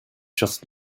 just